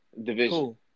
Division